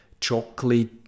chocolate